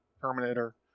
Terminator